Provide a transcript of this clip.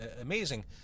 amazing